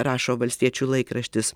rašo valstiečių laikraštis